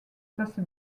passe